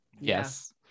Yes